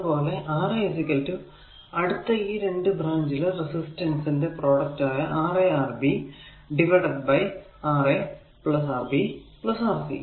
അതുപോലെ R a അടുത്തുള്ള ഈ 2 ബ്രാഞ്ചിലെ റെസിസ്റ്റൻസ് ന്റെ product Ra Rb divided by Ra Rb Rc